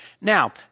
Now